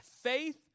faith